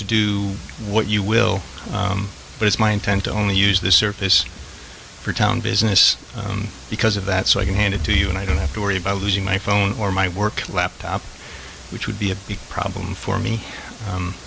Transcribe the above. to do what you will but it's my intent to only use this service for town business because of that so i can hand it to you and i don't have to worry about losing my phone or my work laptop which would be a big problem for me